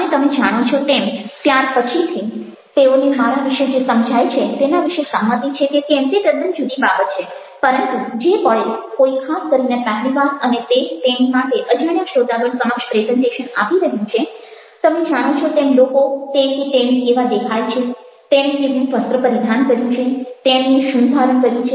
અને તમે જાણો છો તેમ ત્યાર પછીથી તેઓને મારા વિશે જે સમજાય છે તેના વિશે સંમતિ છે કે કેમ તે તદ્દન જુદી બાબત છે પરંતુ જે પળે કોઈ ખાસ કરીને પહેલી વાર અને તે તેણી માટે અજાણ્યા શ્રોતાગણ સમક્ષ પ્રેઝન્ટેશન આપી રહ્યું છે તમે જાણો છો તેમ લોકો તે કે તેણી કેવા દેખાય છે તેણે કેવું વસ્ત્ર પરિધાન કર્યું છે તેણીએ શું ધારણ કર્યું છે